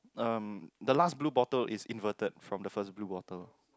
um the last blue bottle in inverted from the first blue bottle